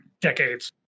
decades